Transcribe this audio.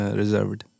reserved